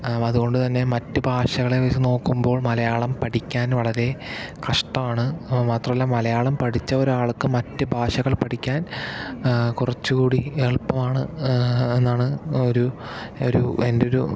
അതുകൊണ്ടുതന്നെ മറ്റു ഭാഷകളെ വെച്ച് നോക്കുമ്പോൾ മലയാളം പഠിക്കാൻ വളരെ കഷ്ടമാണ് മാത്രമല്ല മലയാളം പഠിച്ച ഒരാൾക്കും മറ്റു ഭാഷകൾ പഠിക്കാൻ കുറച്ചുകൂടി എളുപ്പമാണ് എന്നാണ് ഒരു ഒരു എൻ്റെ ഒരു